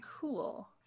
cool